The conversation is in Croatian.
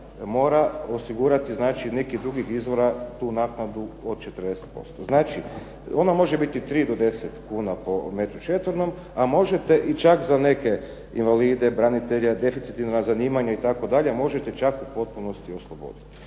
mora osigurati znači od nekih drugih izvora tu naknadu od 40%. Znači, ona može biti 3 do 10 kuna po metru četvornom, a možete i čak za neke invalide, branitelje, deficitarna zanimanja itd. možete čak u potpunosti osloboditi.